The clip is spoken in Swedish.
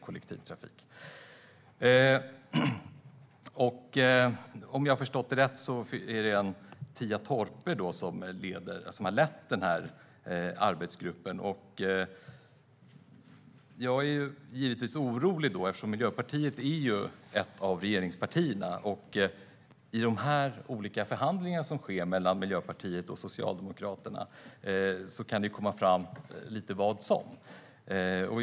Om jag har förstått det rätt är det Tjia Torpe som har lett arbetsgruppen. Jag är givetvis orolig eftersom Miljöpartiet är ett av regeringspartierna. I de olika förhandlingar som sker mellan Miljöpartiet och Socialdemokraterna kan det komma fram lite vad som helst.